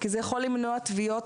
כי זה יכול למנוע טביעות.